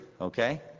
Okay